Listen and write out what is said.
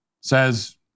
says